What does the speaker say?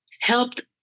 helped